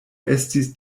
estis